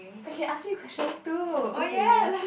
I can ask you questions too okay